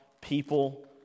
people